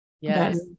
Yes